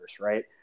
right